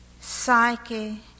psyche